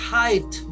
height